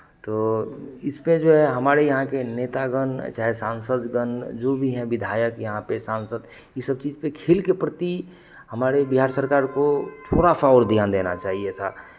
तो इस पे जो है हमारे यहाँ के नेतागण चाहे सांसदगण जो भी है विधायक यहाँ के सांसद ई सब चीज़ पे खेल के प्रति हमारे बिहार सरकार को थोड़ा सा और ध्यान देना चाहिए था